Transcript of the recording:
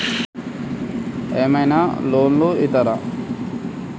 ఏమైనా లోన్లు ఇత్తరా?